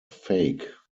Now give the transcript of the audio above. fake